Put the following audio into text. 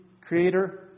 creator